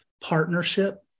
partnership